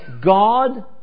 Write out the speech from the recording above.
God